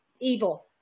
evil